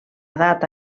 data